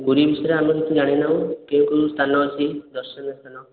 ପୁରୀ ବିଷୟରେ ଆମେ କିଛି ଜାଣିନାହୁଁ କେଉଁ କେଉଁ ସ୍ଥାନ ଅଛି ଦର୍ଶନୀୟ ସ୍ଥାନ